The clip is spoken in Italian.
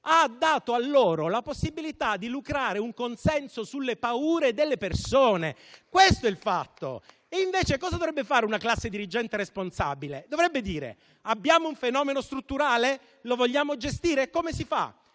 ha dato loro la possibilità di lucrare un consenso sulle paure delle persone. Questo è il fatto. E invece cosa dovrebbe fare una classe dirigente responsabile? Dovrebbe dire: abbiamo un fenomeno strutturale? Lo vogliamo gestire? Come si fa?